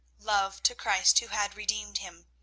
love to christ who had redeemed him,